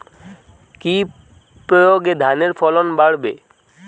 কি প্রয়গে ধানের ফলন বাড়বে?